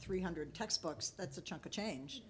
three hundred textbooks that's a chunk of change